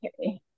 Okay